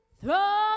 Throw